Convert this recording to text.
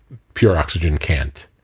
pure oxygen can't.